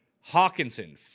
Hawkinson